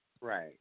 Right